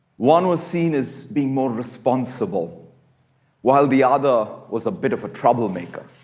one was seen as being more responsible while the other was a bit of a troublemaker.